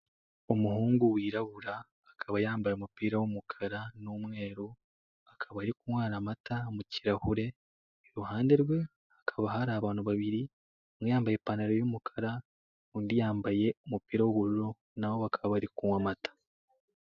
Umuhungu wirabura, akaba yambaye umupira w'umukara n'umweru, akaba ari kunywera amata mu kirahure, iruhande rwe hakaba hari abantu babiri, umwe yambaye ipantaro y'umukara, undi yambaye umupira w'ubururu, na bo bakaba bari kunywa amata.